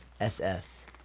SS